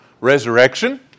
resurrection